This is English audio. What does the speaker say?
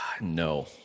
No